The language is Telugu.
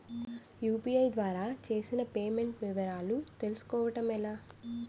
యు.పి.ఐ ద్వారా చేసిన పే మెంట్స్ వివరాలు తెలుసుకోవటం ఎలా?